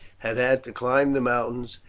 had had to climb the mountains,